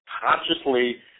consciously